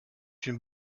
une